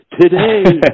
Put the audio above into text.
today